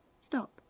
stop